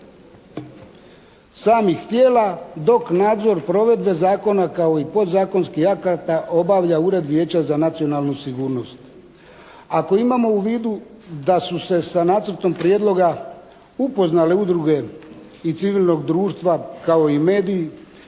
samih tijela dok nadzor provedbe zakona kao i podzakonskih akata obavlja Ured vijeća za nacionalnu sigurnost. Ako imamo u vidu da su se sa nacrtom prijedloga upoznale udruge i civilnog društva kao i mediji